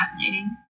fascinating